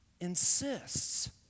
insists